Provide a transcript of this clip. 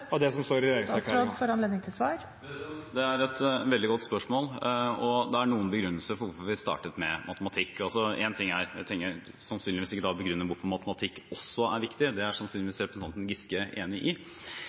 av det som står i regjeringserklæringen. Det er et veldig godt spørsmål, og det er noen begrunnelser for at vi startet med matematikk. Jeg trenger sannsynligvis ikke begrunne hvorfor matematikk også er viktig. Det er sannsynligvis representanten Giske enig i.